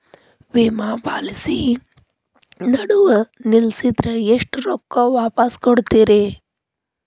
ವಿಮಾ ಪಾಲಿಸಿ ನಡುವ ನಿಲ್ಲಸಿದ್ರ ಎಷ್ಟ ರೊಕ್ಕ ವಾಪಸ್ ಕೊಡ್ತೇರಿ?